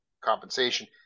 compensation